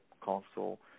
console